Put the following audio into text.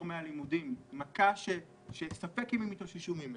מהלימודים מכה שספק אם יתאוששו ממנה.